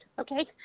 okay